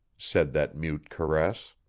said that mute caress.